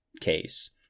case